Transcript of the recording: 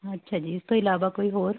ਅੱਛਾ ਜੀ ਇਸ ਤੋਂ ਇਲਾਵਾ ਕੋਈ ਹੋਰ